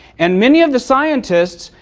and many of the scientists,